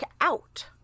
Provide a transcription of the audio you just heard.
out